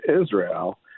Israel